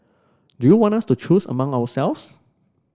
do you want us to choose among ourselves